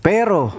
Pero